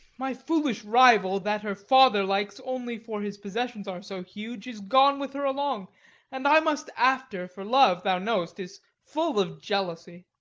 my foolish rival, that her father likes only for his possessions are so huge, is gone with her along and i must after, for love, thou know'st, is full of jealousy.